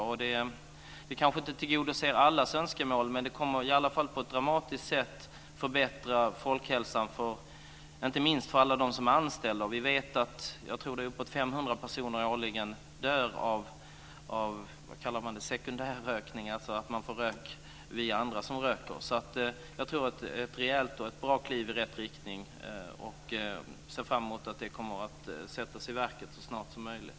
Det tillgodoser kanske inte allas önskemål, men det kommer i alla fall att förbättra folkhälsan på ett dramatiskt sätt, inte minst för alla de anställda. Jag tror att det är uppåt 500 personer som årligen dör av sekundär rökning, dvs. att man får i sig rök via andra som röker. Jag tror att det är ett rejält och bra kliv i rätt riktning. Jag ser fram emot att det kommer att sättas i verket så snart som möjligt.